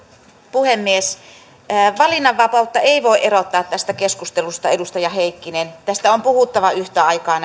puhemies valinnanvapautta ei voi erottaa tästä keskustelusta edustaja heikkinen näistä asioista on puhuttava yhtä aikaa